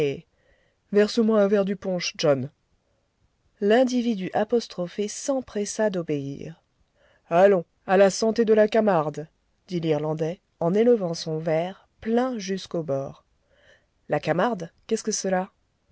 verse-moi un verre du punch john l'individu apostrophé s'empressa d'obéir allons à la santé de là camarde dit l'irlandais en élevant son verre plein jusqu'au bord la camarde qu'est-ce que cela